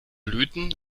blüten